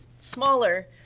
smaller